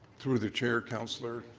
through the chair, councillor,